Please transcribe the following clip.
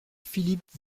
philippe